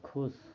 ख़ुश